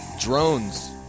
Drones